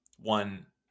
one